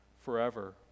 forever